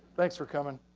thanks for coming.